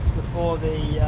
before the